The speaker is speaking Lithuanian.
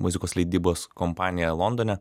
muzikos leidybos kompaniją londone